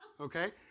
Okay